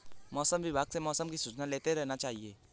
मौसम विभाग से मौसम की सूचना लेते रहना चाहिये?